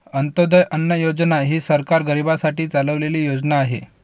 अंत्योदय अन्न योजना ही सरकार गरीबांसाठी चालवलेली योजना आहे